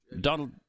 Donald